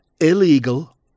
illegal